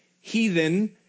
heathen